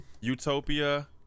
utopia